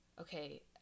okay